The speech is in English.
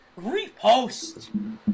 Repost